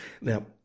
Now